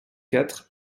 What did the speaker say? quatre